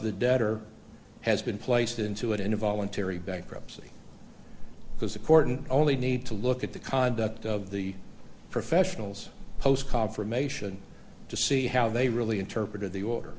the debtor has been placed into it in a voluntary bankruptcy because the court and only need to look at the conduct of the professionals post confirmation to see how they really interpreted the